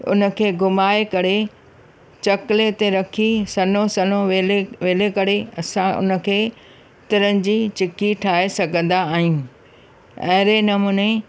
उनखे घुमाइ करे चकले ते रखी सन्हो सन्हो वेले करे असां उनखे तिरनि जी चिकी ठाइ सघंदा आहियूं अहिड़े नमूने